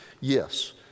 Yes